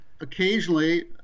Occasionally